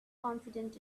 confident